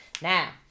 Now